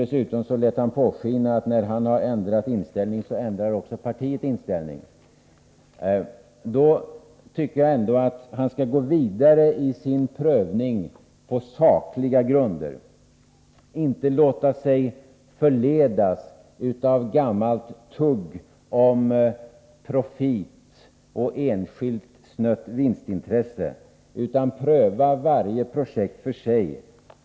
Dessutom lät han påskina att när han har ändrat inställning ändrar också partiet inställning. Jag tycker att socialministern skall gå vidare i sin prövning på sakliga grunder. Han skall inte låta sig förledas av gammalt ”tugg” om profit och enskilt snött vinstintresse, utan pröva varje projekt för sig.